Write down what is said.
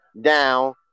down